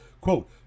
Quote